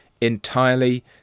entirely